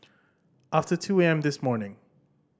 after two A M this morning